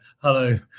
hello